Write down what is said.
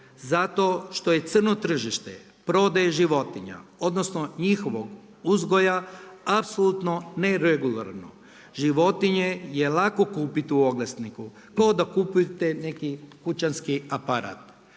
Zato što je crno tržište prodaje životinja odnosno njihovog uzgoja apsolutno neregularno. Životinje je lako kupiti u oglasniku kao da kupite neki kućanski aparat.